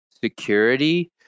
security